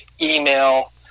email